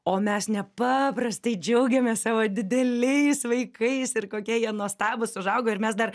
o mes nepaprastai džiaugiamės savo dideliais vaikais ir kokie jie nuostabūs užaugo ir mes dar